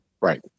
Right